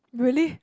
really